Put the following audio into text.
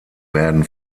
werden